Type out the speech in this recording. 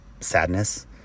sadness